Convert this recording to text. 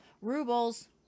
rubles